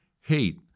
Hate